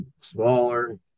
smaller